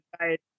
Right